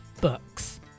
books